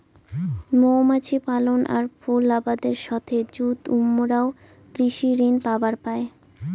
মৌমাছি পালন আর ফুল আবাদের সথে যুত উমরাও কৃষি ঋণ পাবার পায়